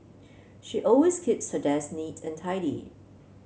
she always keeps her desk neat and tidy